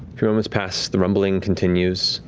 few moments pass. the rumbling continues.